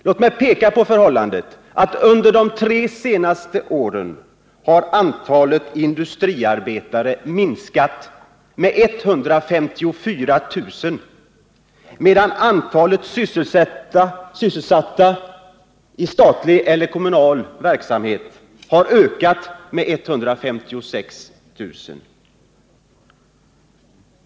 Låt mig vidare framhålla att under de tre senaste åren har antalet industriarbetare minskat med 154 000, medan antalet sysselsatta i statlig eller kommunal verksamhet har ökat med 156 000.